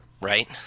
right